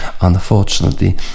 unfortunately